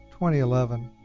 2011